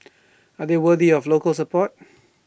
are they worthy of local support